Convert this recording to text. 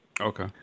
Okay